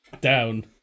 down